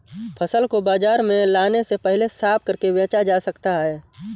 फसल को बाजार में लाने से पहले साफ करके बेचा जा सकता है?